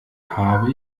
habe